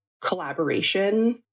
collaboration